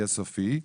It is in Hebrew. סופיים,